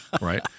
Right